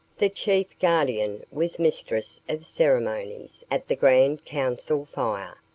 the chief guardian was mistress of ceremonies at the grand council fire.